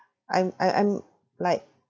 I'm I I'm like